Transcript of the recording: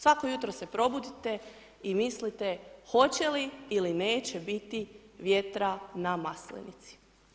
Svako jutro se probudite i mislite hoće li ili neće biti vjetra na Maslenici.